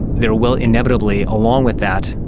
there will inevitably, along with that,